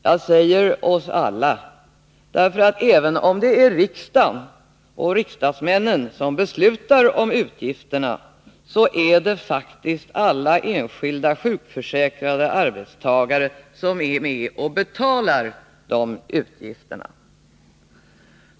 Jag säger ”oss alla”, därför att även om det är riksdagen som beslutar om utgifterna, är faktiskt alla enskilda sjukförsäkrade arbetstagare med och betalar dessa utgifter.